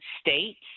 states